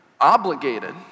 obligated